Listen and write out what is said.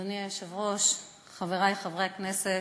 אדוני היושב-ראש, חברי חברי הכנסת,